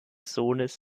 sohnes